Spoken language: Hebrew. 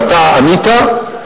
ואתה ענית,